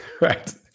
right